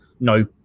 No